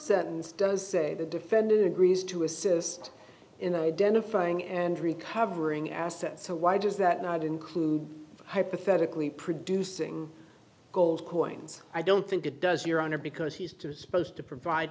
sentence does the defendant agrees to assist in identifying and recovering assets so why does that not include hypothetically producing gold coins i don't think it does your honor because he's disposed to provide